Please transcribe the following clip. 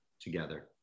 together